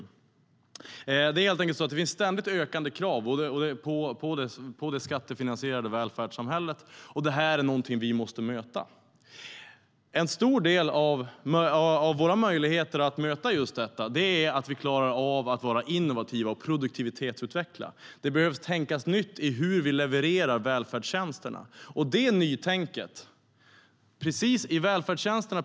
Det är ständigt ökande krav på det skattefinansierade välfärdssamhället, och dem måste vi möta. En stor del av våra möjligheter att möta just dessa är att vi klarar av att vara innovativa och att vi kan produktivitetsutveckla. Man behöver tänka nytt i hur välfärdstjänsterna levereras.